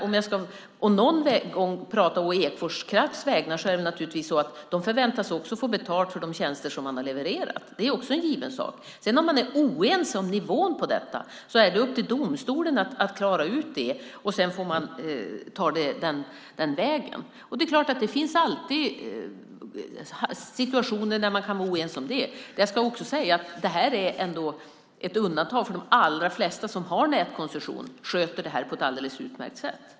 Om jag någon gång ska prata å Ekfors Krafts vägnar är det naturligtvis så att de förväntar sig att få betalt för de tjänster de har levererat. Det är en given sak. Är man sedan oense om nivån på detta är det upp till domstolen att klara ut det, och sedan får man ta det den vägen. Det är klart att det alltid finns situationer där man kan vara oense. Det här är ändå ett undantag, för de allra flesta som har nätkoncession sköter det på ett alldeles utmärkt sätt.